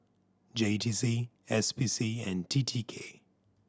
J T C S P C and T T K